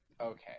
Okay